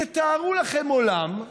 תתארו לכם עולם,